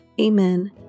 Amen